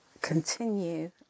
continue